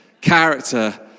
Character